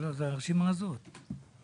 שהכנתם את הרשימות הללו ושלא